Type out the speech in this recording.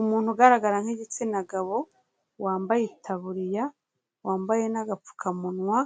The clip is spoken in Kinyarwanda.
Umuntu ugaragara nk'igitsina gabo, wambaye itaburiya, wambaye n'agapfukamunwa,